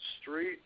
Street